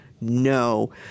No